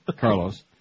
Carlos